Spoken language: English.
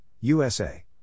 USA